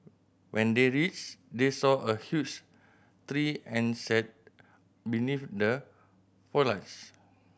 when they reached they saw a huge tree and sat beneath the foliage